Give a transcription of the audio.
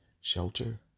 shelter